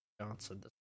Johnson